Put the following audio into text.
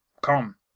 Come